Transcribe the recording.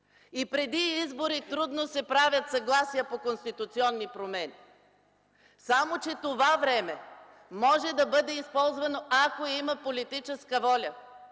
и преди избори трудно се правят съгласия по конституционни промени, само че това време може да бъде използвано, ако има политическа воля.